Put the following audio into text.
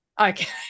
okay